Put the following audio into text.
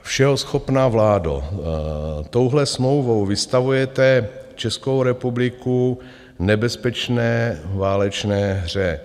Všeho schopná vládo, touhle smlouvou vystavujete Českou republiku nebezpečné válečné hře.